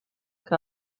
que